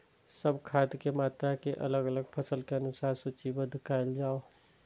सब खाद के मात्रा के अलग अलग फसल के अनुसार सूचीबद्ध कायल जाओ?